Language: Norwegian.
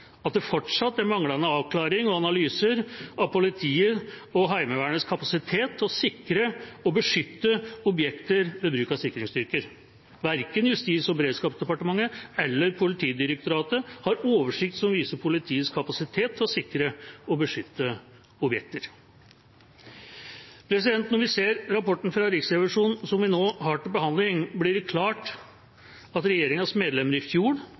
at det fortsatt er manglende avklaring og analyser av politiets og Heimevernets kapasitet til å sikre og beskytte objekter ved bruk av sikringsstyrker. Verken Justis- og beredskapsdepartementet eller Politidirektoratet har oversikt som viser politiets kapasitet til å sikre og beskytte objekter. Når vi ser rapporten fra Riksrevisjonen som vi nå har til behandling, blir det klart at regjeringas medlemmer i fjor